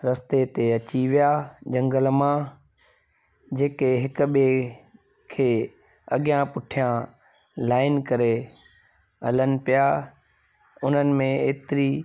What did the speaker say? रस्ते ते अची विया जंगल मां जेके हिक ॿिए खे अॻियां पुठियां लाइन करे हलनि पिया उन्हनि में एतिरी